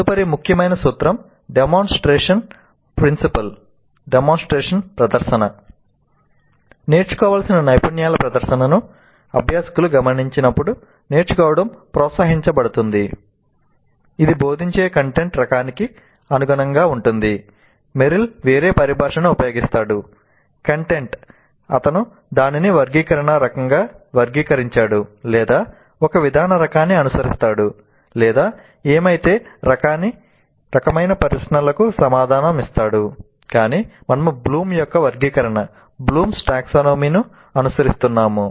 తదుపరి ముఖ్యమైన సూత్రం డెమోన్స్ట్రేషన్ ను అనుసరిస్తున్నాము